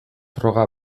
froga